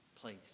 Place